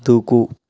దూకు